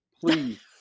please